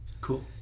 Cool